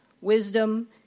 wisdom